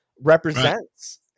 represents